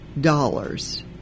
dollars